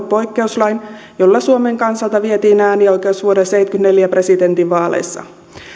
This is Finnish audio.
poikkeuslain jolla suomen kansalta vietiin äänioikeus vuoden tuhatyhdeksänsataaseitsemänkymmentäneljä presidentinvaaleissa